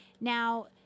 now